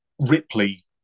Ripley